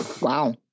Wow